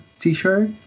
t-shirt